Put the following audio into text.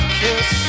kiss